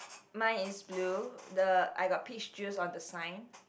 mine is blue the I got peach juice on the sign